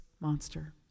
monster